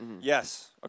Yes